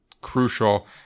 crucial